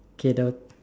the